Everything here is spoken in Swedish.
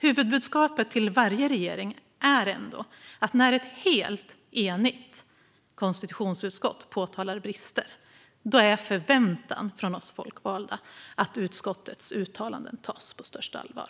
Huvudbudskapet till varje regering är ändå att när ett helt enigt konstitutionsutskott påtalar brister är förväntan från oss folkvalda att utskottets uttalanden tas på största allvar.